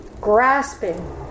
grasping